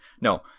No